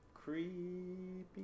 Creepy